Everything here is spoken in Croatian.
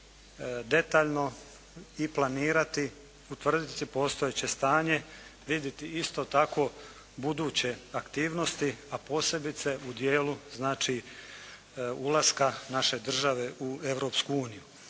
detaljno i planirati, utvrditi postojeće stanje, vidjeti isto tako buduće aktivnosti, a posebice u dijelu znači ulaska naše države u Europsku uniju.